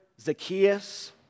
Zacchaeus